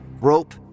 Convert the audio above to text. rope